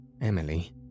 Emily